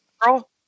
Girl